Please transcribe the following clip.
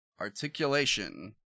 Articulation